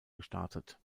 gestartet